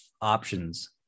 options